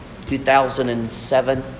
2007